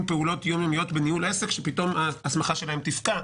פעולות יום-יומיות בניהול עסק שפתאום הסמכתם תפקע,